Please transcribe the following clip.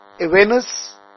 awareness